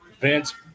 Vince